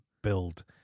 Build